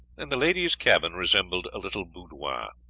and the ladies' cabin resembled a little boudoir.